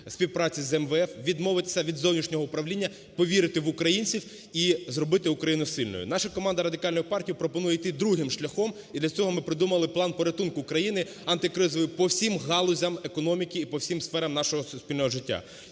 співпраці з МВФ, відмовитися від зовнішнього управління, повірити в українців і зробити Україну сильною. Наша команда Радикальної партії пропонує іти другим шляхом, і для цього ми придумали план порятунку України антикризовий по всім галузям економіки і по всім сферам нашого суспільного життя.